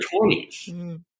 20s